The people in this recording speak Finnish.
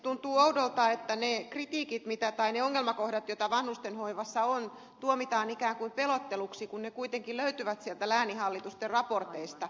tuntuu oudolta että ne ongelmakohdat joita vanhustenhoivassa on tuomitaan ikään kuin pelotteluksi kun ne kuitenkin löytyvät sieltä lääninhallituksen raporteista